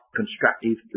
constructive